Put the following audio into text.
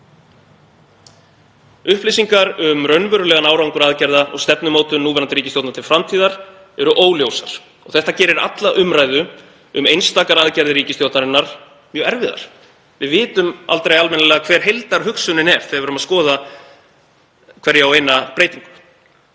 Upplýsingar um raunverulegan árangur aðgerða og stefnumótun núverandi ríkisstjórnar til framtíðar eru óljósar og það gerir alla umræðu um einstakar aðgerðir ríkisstjórnarinnar mjög erfiða. Við vitum aldrei almennilega hver heildarhugsunin er þegar við erum að skoða hverja og eina breytingu.